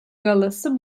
galası